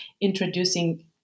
introducing